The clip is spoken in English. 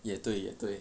也对也对